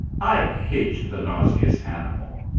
i hate the nauseous animal.